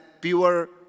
pure